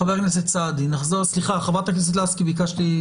חברת הכנסת לסקי.